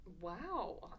Wow